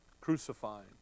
crucifying